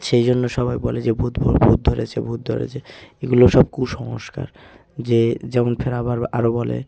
সেই জন্য সবাই বলে যে ভূত ভূত ধরেছে ভূত ধরেছে এগুলো সব কুসংস্কার যে যেমন ফের আবার আরো বলে